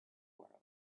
world